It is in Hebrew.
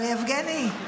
יבגני,